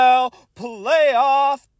Playoff